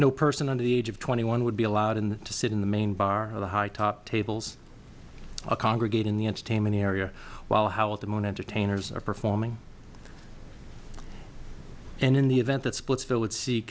no person under the age of twenty one would be allowed in to sit in the main bar of the high top tables congregate in the entertainment area while how the moon entertainers are performing and in the event that splitsvill